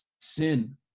sin